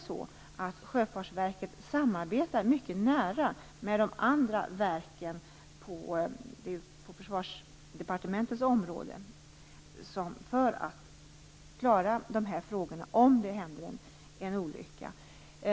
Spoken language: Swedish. Sjöfartsverket samarbetar där mycket nära med de andra verken inom Försvarsdepartementets område för att klara de här frågorna om det händer en olycka.